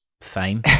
fame